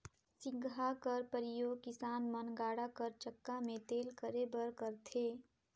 सिगहा कर परियोग किसान मन गाड़ा कर चक्का मे तेल करे बर करथे